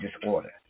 disorder